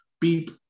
beep